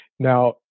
Now